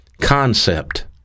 concept